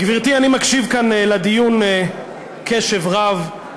גברתי, אני מקשיב כאן לדיון קשב רב,